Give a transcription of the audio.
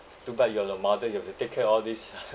too bad you are a mother you have to take care all these